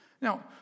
Now